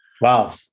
Wow